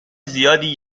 زیادی